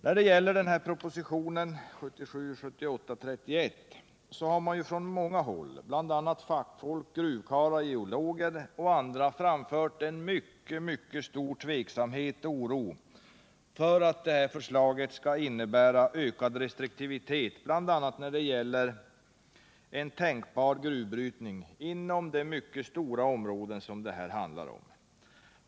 När det gäller propositionen 1977/78:31 har det från många håll, bl.a. från fackfolk, gruvkarlar, geologer och andra, framförts mycket stor tveksamhet och oro för att förslaget skall innebära ökad restriktivitet, bl.a. när det gäller en tänkbar gruvbrytning inom de mycket stora områden det här handlar om.